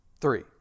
Three